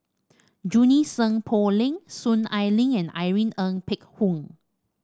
Junie Sng Poh Leng Soon Ai Ling and Irene Ng Phek Hoong